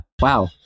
Wow